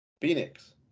Phoenix